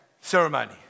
ceremony